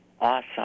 awesome